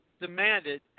demanded